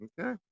Okay